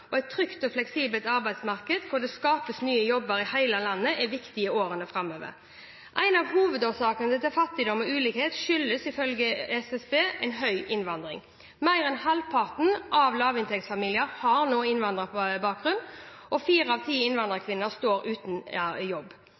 Et trygt og fleksibelt arbeidsmarked hvor det skapes nye jobber i hele landet, er viktig i årene framover. En av hovedårsakene til fattigdom og ulikhet er, ifølge SSB, høy innvandring. Mer enn halvparten av lavinntektsfamiliene har nå innvandrerbakgrunn. Fire av ti innvandrerkvinner står uten jobb.